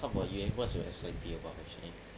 what about you eh what's your S_I_P about actually